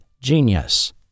Genius